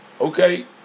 Okay